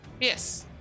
yes